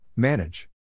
Manage